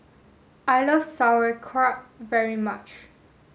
I love Sauerkraut very much